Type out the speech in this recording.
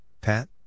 Pat